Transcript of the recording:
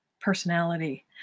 personality